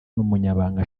n’umunyamabanga